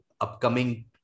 upcoming